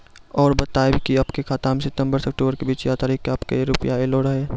और बतायब के आपके खाते मे सितंबर से अक्टूबर के बीज ये तारीख के आपके के रुपिया येलो रहे?